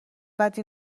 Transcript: بدی